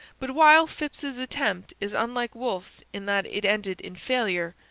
but while phips's attempt is unlike wolfe's in that it ended in failure,